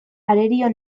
arerio